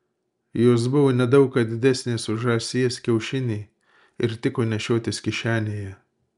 jos buvo ne daug ką didesnės už žąsies kiaušinį ir tiko nešiotis kišenėje